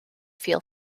feel